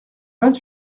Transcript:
vingt